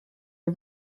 all